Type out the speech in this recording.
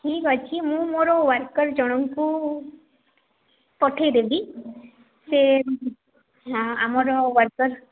ଠିକ ଅଛି ମୁଁ ମୋର ୱାର୍କର୍ ଜଣଙ୍କୁ ପଠାଇ ଦେବି ସେ ହଁ ଆମର ୱାର୍କର୍